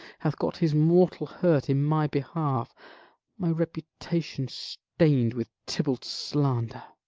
hath got his mortal hurt in my behalf my reputation stain'd with tybalt's slander